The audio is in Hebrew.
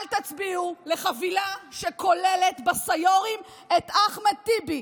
אל תצביעו לחבילה שכוללת בסיו"רים את אחמד טיבי.